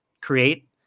create